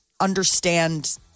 understand